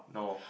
no